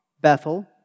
Bethel